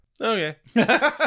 Okay